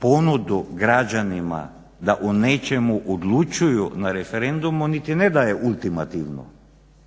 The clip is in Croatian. ponudu građanima da o nečemu odlučuju na referendumu niti ne daje ultimativno,